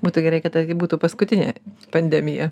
būtų gerai kad tai būtų paskutinė pandemija